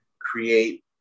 create